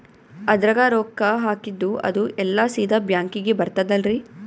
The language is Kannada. ಅದ್ರಗ ರೊಕ್ಕ ಹಾಕಿದ್ದು ಅದು ಎಲ್ಲಾ ಸೀದಾ ಬ್ಯಾಂಕಿಗಿ ಬರ್ತದಲ್ರಿ?